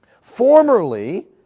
Formerly